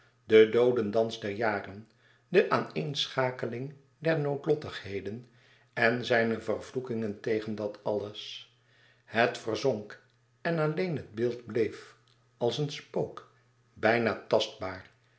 de doodendans der jaren de aaneenschakeling der noodlottigheden en zijne vervloekingen tegen dat alles het verzonk en alleen het beeld bleef als een spook bijna tastbaar